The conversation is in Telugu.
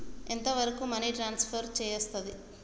ఎంత వరకు మనీ ట్రాన్స్ఫర్ చేయస్తది?